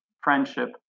friendship